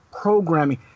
programming